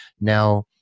Now